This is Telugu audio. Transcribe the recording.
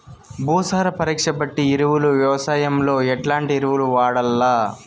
భూసార పరీక్ష బట్టి ఎరువులు వ్యవసాయంలో ఎట్లాంటి ఎరువులు వాడల్ల?